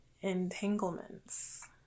entanglements